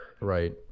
Right